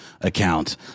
account